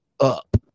up